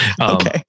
Okay